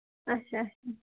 اَچھا اَچھا